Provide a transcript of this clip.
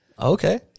Okay